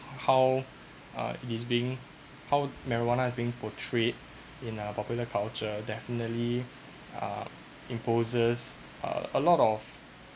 how uh this being how marijuana is being portrayed in popular culture definitely uh imposes a lot of